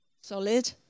Solid